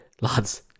lads